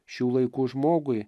šių laikų žmogui